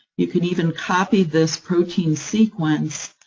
you can even copy this protein sequence,